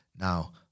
Now